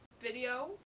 video